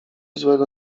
złego